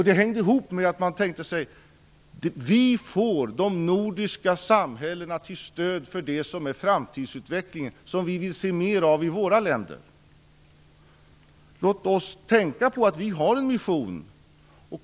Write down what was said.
Det hänger ihop med att man tänkte: Vi får de nordiska samhällena till stöd för en framtidsutveckling som vi vill se mer av i våra länder. Låt oss tänka på att vi har en mission.